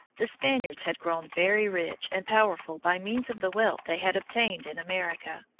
the spaniards had grown very rich and powerful by means of the wealth they had obtained in america,